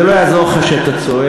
מדינת ישראל, זה לא יעזור לך שאתה צועק.